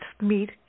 meet